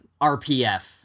RPF